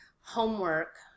homework